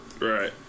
Right